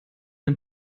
dem